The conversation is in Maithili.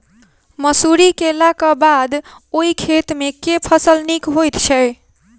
मसूरी केलाक बाद ओई खेत मे केँ फसल नीक होइत छै?